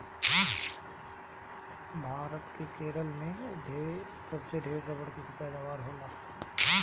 भारत के केरल में सबसे ढेर रबड़ कअ पैदावार होला